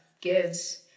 gives